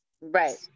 right